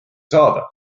saada